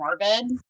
morbid